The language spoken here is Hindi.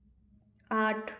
आठ